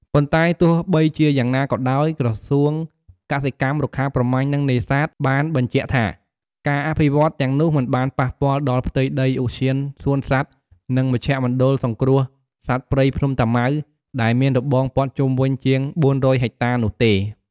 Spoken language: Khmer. ប៉ុន្តែទោះបីជាយ៉ាងណាក៏ដោយ ក្រសួងកសិកម្ម រុក្ខាប្រមាញ់ និងនេសាទបានបញ្ជាក់ថា ការអភិវឌ្ឍន៍ទាំងនោះមិនបានប៉ះពាល់ដល់ផ្ទៃដីឧទ្យានសួនសត្វ និងមជ្ឈមណ្ឌលសង្គ្រោះសត្វព្រៃភ្នំតាម៉ៅ ដែលមានរបងព័ទ្ធជុំវិញជាង ៤០០ ហិកតា នោះទេ។